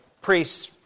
priest's